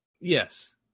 Yes